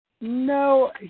No